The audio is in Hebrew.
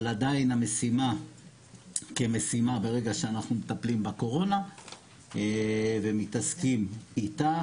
אבל עדיין המשימה כמשימה ברגע שאנחנו מטפלים בקורונה ומתעסקים איתה,